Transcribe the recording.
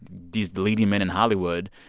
these leading men in hollywood,